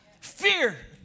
fear